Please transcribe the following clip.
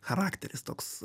charakteris toks